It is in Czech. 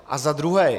A za druhé.